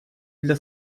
для